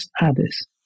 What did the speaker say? others